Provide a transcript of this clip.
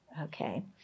okay